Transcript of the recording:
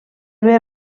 haver